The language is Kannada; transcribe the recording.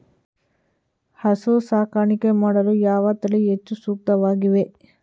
ಹಸು ಸಾಕಾಣಿಕೆ ಮಾಡಲು ಯಾವ ತಳಿ ಹೆಚ್ಚು ಸೂಕ್ತವಾಗಿವೆ?